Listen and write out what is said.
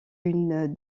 une